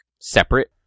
separate